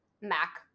Mac